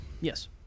Yes